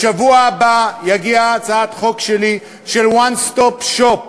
בשבוע הבא תגיע הצעת חוק שלי של One Stop Shop,